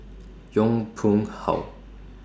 Yong Pung How